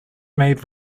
made